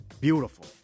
beautiful